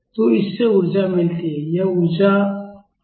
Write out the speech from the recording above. तो तो इससे ऊर्जा मिलती है यह आयाम ऊर्जा का है